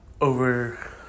Over